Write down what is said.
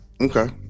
okay